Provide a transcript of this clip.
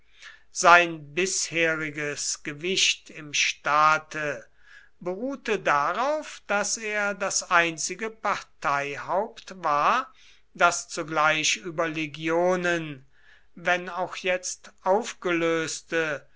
sein bisheriges gewicht im staate beruhte darauf daß er das einzige parteihaupt war das zugleich über legionen wenn auch jetzt aufgelöste